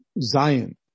Zion